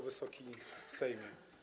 Wysoki Sejmie!